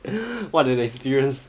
what an experience